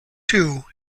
too